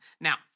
Now